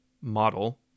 model